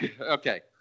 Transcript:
Okay